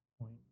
point